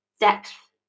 depth